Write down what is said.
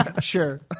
sure